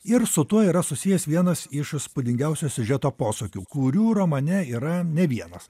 ir su tuo yra susijęs vienas iš įspūdingiausių siužeto posūkių kurių romane yra ne vienas